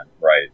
right